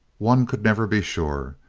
one could never be sure.